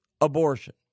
abortion